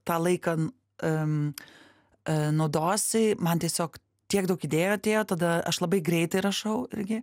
tą laiką naudosi man tiesiog tiek daug idėjų atėjo tada aš labai greitai rašau irgi